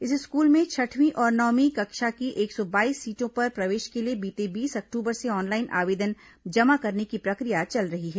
इस स्कूल में छठवीं और नवमीं कक्षा की एक सौ बाईस सीटों पर प्रवेश के लिए बीते बीस अक्टूबर से ऑनलाइन आवेदन जमा करने की प्रक्रिया चल रही है